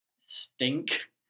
stink